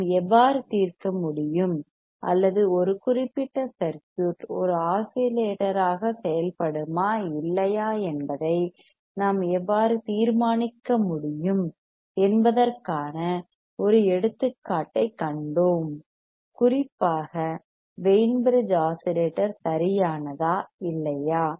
நாம் எவ்வாறு தீர்க்க முடியும் அல்லது ஒரு குறிப்பிட்ட சர்க்யூட் ஒரு ஆஸிலேட்டராக செயல்படுமா இல்லையா என்பதை நாம் எவ்வாறு தீர்மானிக்க முடியும் என்பதற்கான ஒரு எடுத்துக்காட்டைக் கண்டோம் குறிப்பாக வெய்ன் பிரிட்ஜ் ஆஸிலேட்டர் சரியானதா இல்லையா